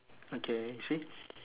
okay you see